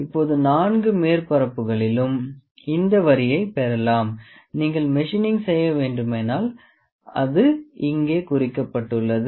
இப்போது நான்கு மேற்பரப்புகளிலும் இந்த வரியை பெறலாம் நீங்கள் மெஷினிங் செய்ய வேண்டுமானால் அது இங்கே குறிக்கப்பட்டுள்ளது